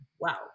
wow